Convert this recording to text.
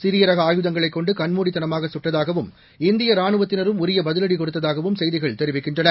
சிறிய ரக ஆயுதங்களைக் கொண்டு கண்மூடித்தனமாக சுட்டதாகவும் இந்திய ராணுவத்தினரும் உரிய பதிலடி கொடுத்ததாகவும் செய்திகள் தெரிவிக்கின்றன